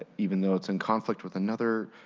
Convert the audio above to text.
ah even though it's in conflict with another.